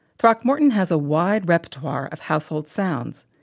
throckmorton has a wide repertoire of household sounds,